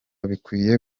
bikwiye